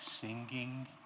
singing